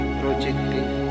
projecting